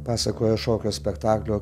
pasakoja šokio spektaklio